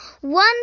one